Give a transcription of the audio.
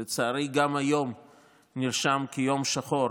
לצערי גם היום נרשם כיום שחור